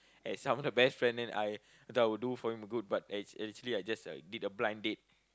as I'm the best friend then I I thought I would do for him good but ac~ actually I just like did a blind date